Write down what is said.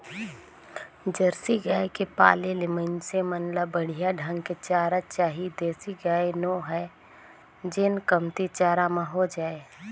Jersey गाय के पाले ले मइनसे मन ल बड़िहा ढंग के चारा चाही देसी गाय नो हय जेन कमती चारा म हो जाय